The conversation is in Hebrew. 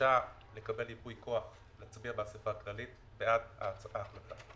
בקשה לקבל ייפוי כוח להצביע באסיפה הכללית בעד ההחלטה.